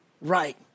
right